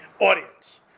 audience